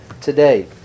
today